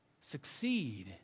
succeed